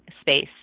space